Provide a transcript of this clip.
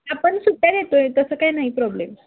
आपण सुट्या घेतो आहे तसं काय नाही प्रॉब्लेम